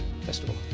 Festival